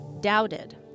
doubted